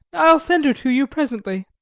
i'll send her to you presently